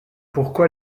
pourquoi